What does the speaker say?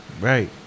right